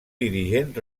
dirigent